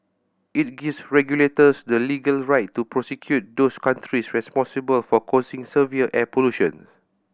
it gives regulators the legal right to prosecute those countries responsible for causing severe air pollution